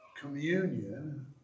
communion